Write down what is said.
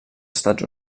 estats